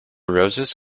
roses